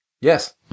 Yes